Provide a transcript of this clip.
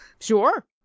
Sure